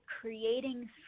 creating